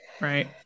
right